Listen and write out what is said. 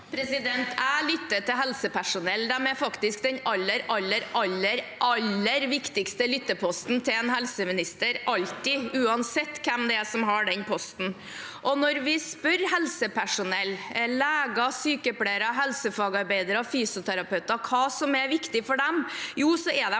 Jeg lytter til helsepersonell. De er faktisk den aller, aller, aller viktigste lytteposten til en helseminister – alltid, uansett hvem det er som har den posten. Og når vi spør helsepersonell – leger, sykepleiere, helsefagarbeidere og fysioterapeuter – om hva som er viktig for dem, er de